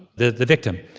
the the victim?